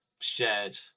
shared